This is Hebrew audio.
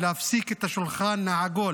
ולהפסיק את השולחן העגול